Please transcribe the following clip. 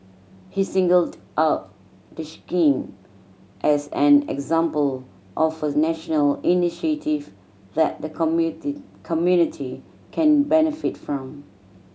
he singled out the scheme as an example of a national initiative that the community community can benefit from